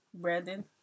Brandon